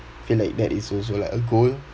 feel like that is also like a goal